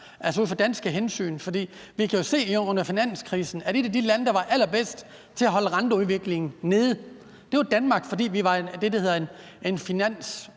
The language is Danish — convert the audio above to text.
ud fra danske hensyn. For vi kunne se under finanskrisen, at et af de lande, der var allerbedst til at holde renteudviklingen nede, var Danmark, fordi vi var det,